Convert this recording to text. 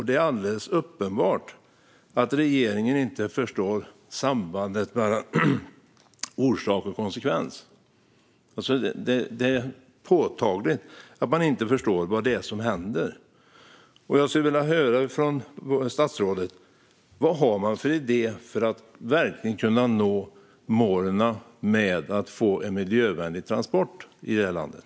Det är alldeles uppenbart att regeringen inte förstår sambandet mellan orsak och konsekvens, och det är påtagligt att man inte förstår vad som händer. Jag skulle vilja från statsrådet höra vad man har för idé att verkligen nå målen för miljövänliga transporter i landet.